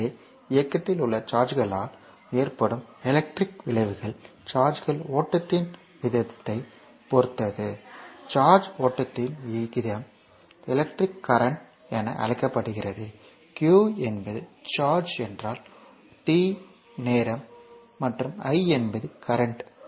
எனவே இயக்கத்தில் உள்ள சார்ஜ்களால் ஏற்படும் எலக்ட்ரிக் விளைவுகள் சார்ஜ் ஓட்டத்தின் வீதத்தைப் பொறுத்தது சார்ஜ் ஓட்டத்தின் வீதம் எலக்ட்ரிக் கரண்ட் என அழைக்கப்படுகிறது q என்பது சார்ஜ் என்றால் t நேரம் மற்றும் i என்பது கரண்ட்